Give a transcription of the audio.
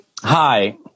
Hi